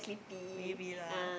maybe lah